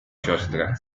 siostrę